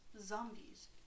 Zombies